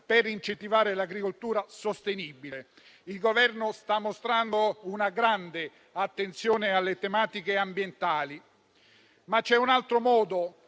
per incentivare l'agricoltura sostenibile. Il Governo sta mostrando una grande attenzione alle tematiche ambientali, ma c'è un altro modo